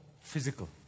physical